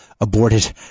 aborted